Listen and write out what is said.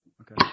Okay